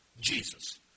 Jesus